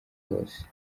hose